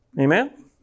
amen